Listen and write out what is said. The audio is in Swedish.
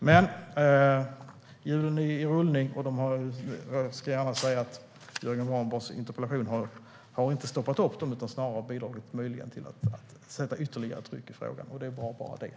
Men hjulen är i rullning, och jag kan gärna säga att Jörgen Warborns interpellation inte har stoppat dem utan snarare möjligen bidragit till att sätta ytterligare tryck i frågan, vilket som sagt är bra bara det.